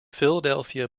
philadelphia